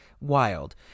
wild